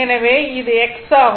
எனவே இது x ஆகும்